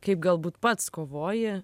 kaip galbūt pats kovoji